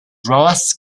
ross